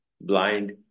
blind